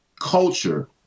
culture